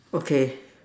okay